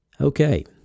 Okay